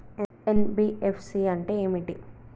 NBFC అంటే ఏమిటి?